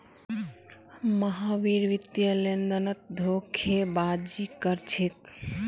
महावीर वित्तीय लेनदेनत धोखेबाजी कर छेक